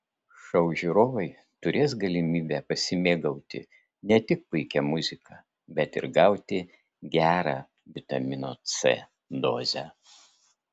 šou žiūrovai turės galimybę pasimėgauti ne tik puikia muzika bet ir gauti gerą vitamino c dozę